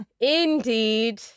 Indeed